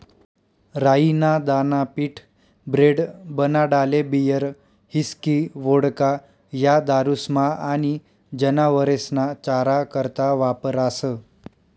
राई ना दाना पीठ, ब्रेड, बनाडाले बीयर, हिस्की, वोडका, या दारुस्मा आनी जनावरेस्ना चारा करता वापरास